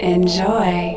Enjoy